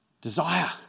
Desire